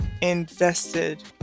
invested